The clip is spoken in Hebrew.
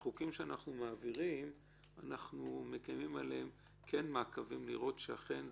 מעקבים אחרי חוקים שאנחנו מעבירים על מנת לראות שהם מתממשים,